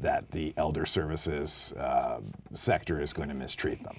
that the elder services sector it's going to mistreat them